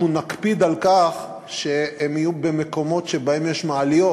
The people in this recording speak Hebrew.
אנחנו נקפיד שהן יהיו במקומות שבהם יש מעליות,